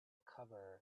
cover